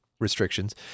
restrictions